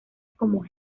como